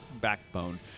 backbone